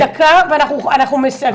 דקה ואנחנו מסכמים.